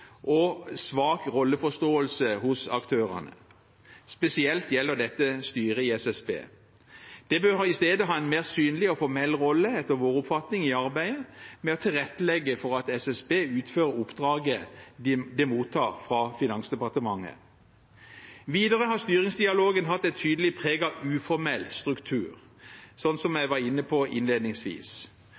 og svak rolleforståelse hos aktørene. Spesielt gjelder dette styret i SSB. Det bør i stedet ha en mer synlig og formell rolle, etter vår oppfatning, i arbeidet med å tilrettelegge for at SSB utfører oppdraget de mottar fra Finansdepartementet. Videre har styringsdialogen hatt et tydelig preg av uformell struktur, som jeg var inne på innledningsvis.